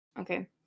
okay